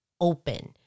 open